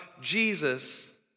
Jesus